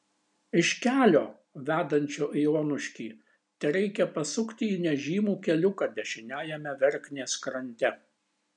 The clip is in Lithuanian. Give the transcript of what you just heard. iš kelio vedančio į onuškį tereikia pasukti į nežymų keliuką dešiniajame verknės krante